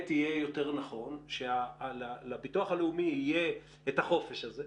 יהיה יותר נכון שלביטוח הלאומי יהיה את החופש הזה,